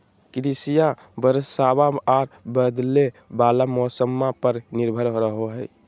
कृषिया बरसाबा आ बदले वाला मौसम्मा पर निर्भर रहो हई